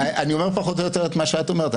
אני אומר פחות או יותר את מה שאת אומרת.